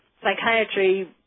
psychiatry